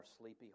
sleepy